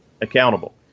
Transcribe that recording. accountable